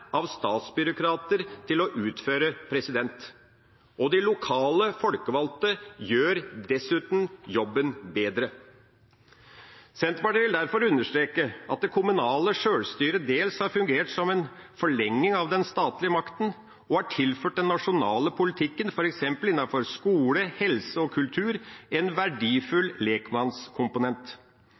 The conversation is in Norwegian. av statsbyråkrater til å utføre, og de lokale folkevalgte gjør dessuten jobben bedre. Senterpartiet vil derfor understreke at det kommunale sjølstyret dels har fungert som en forlenging av den statlige makten og har tilført den nasjonale politikken, f.eks. innenfor skole, helse og kultur, en verdifull lekmannskomponent.